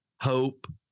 hope